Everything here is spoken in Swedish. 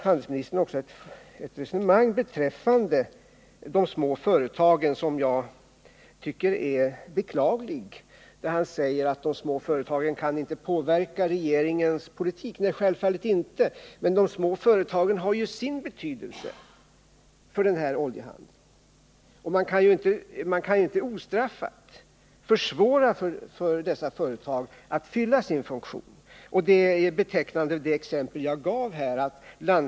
Handelsministern för sedan ett resonemang om de små företagen som jag tycker är beklagligt. Han säger att de små företagen inte kan påverka regeringens politik. Nej, självfallet inte, men de små förétagen har ju sin betydelse för oljehandeln. Och man kan inte ostraffat försvåra för de företagen att fylla sin funktion. Det exempel jag gav är betecknande.